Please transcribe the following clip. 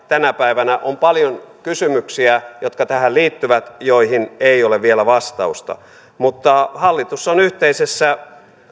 tänä päivänä on paljon kysymyksiä jotka tähän liittyvät ja joihin ei ole vielä vastausta mutta hallitus on yhteisessä